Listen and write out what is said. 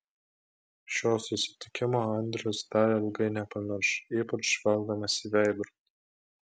šio susitikimo andrius dar ilgai nepamirš ypač žvelgdamas į veidrodį